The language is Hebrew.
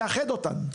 לאחד אותן.